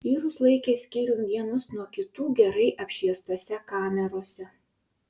vyrus laikė skyrium vienus nuo kitų gerai apšviestose kamerose